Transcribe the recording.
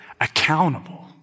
accountable